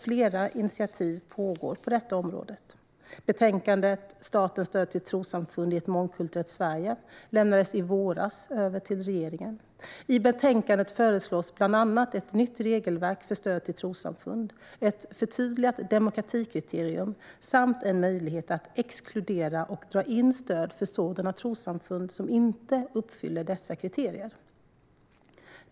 Flera initiativ pågår på detta område. Betänkandet Statens stöd till trossamfund i ett mångkulturellt Sverige lämnades i våras över till regeringen. I betänkandet föreslås bland annat ett nytt regelverk för stöd till trossamfund, ett förtydligat demokratikriterium samt en möjlighet att exkludera och dra in stöd för sådana trossamfund som inte uppfyller dessa kriterier.